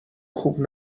خوب